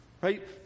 Right